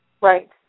Right